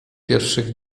pierwszych